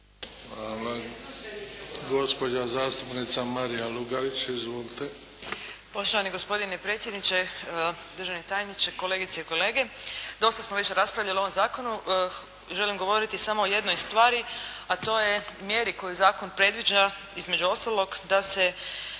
Hvala. Gospođa zastupnica Marija Lugarić. Izvolite. **Lugarić, Marija (SDP)** Poštovani gospodine predsjedniče, državni tajniče, kolegice i kolege. Dosta smo već raspravljali o ovom zakonu, želim govoriti samo o jednoj stvari, a to je mjeri koju zakon predviđa između ostalog, da se